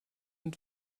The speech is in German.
und